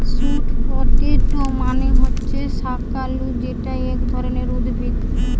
sweet potato মানে হচ্ছে শাকালু যেটা এক ধরণের উদ্ভিদ